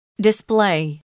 Display